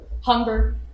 Hunger